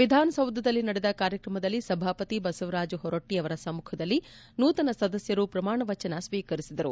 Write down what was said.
ವಿಧಾನಸೌಧದಲ್ಲಿ ನಡೆದ ಕಾರ್ಯಕ್ರಮದಲ್ಲಿ ಸಭಾಪತಿ ಬಸವರಾಜು ಹೊರಟ್ಟ ಅವರ ಸಮ್ಮಖದಲ್ಲಿ ನೂತನ ಸದಸ್ಕರು ಪ್ರಮಾಣವಚನ ಸ್ವೀಕರಿಸಿದರು